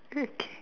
okay